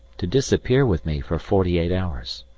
to disappear with me for forty eight hours.